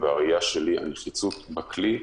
ובראייה שלי הנחיצות של הכלי,